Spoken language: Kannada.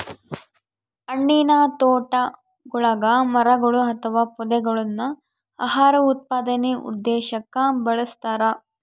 ಹಣ್ಣಿನತೋಟಗುಳಗ ಮರಗಳು ಅಥವಾ ಪೊದೆಗಳನ್ನು ಆಹಾರ ಉತ್ಪಾದನೆ ಉದ್ದೇಶಕ್ಕ ಬೆಳಸ್ತರ